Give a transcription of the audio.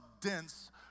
dense